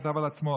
הוא כתב על עצמו: